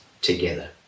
together